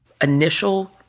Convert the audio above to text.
initial